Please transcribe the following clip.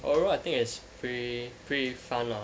overall I think it's pretty pretty fun lah